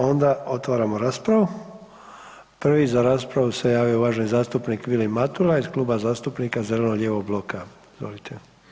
Onda otvaramo raspravu, prvi za raspravu se javio uvaženi zastupnik Vili Matula iz Kluba zastupnika zeleno-lijevog bloka, izvolite.